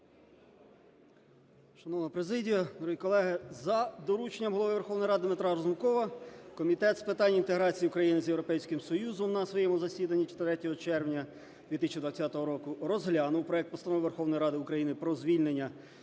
Шановна президія, дорогі колеги, за дорученням Голови Верховної Ради Дмитра Разумкова Комітет з питань інтеграції України з Європейським Союзом на своєму засіданні 3 червня 2020 року розглянув проект Постанови Верховної Ради України про звільнення